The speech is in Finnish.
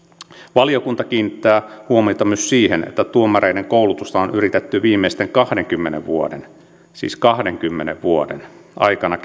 valiokunta kiinnittää huomioita myös siihen että tuomareiden koulutusta on yritetty viimeisten kahdenkymmenen vuoden siis kahdenkymmenen vuoden aikana